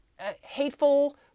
hateful